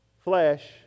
flesh